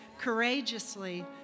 courageously